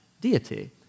deity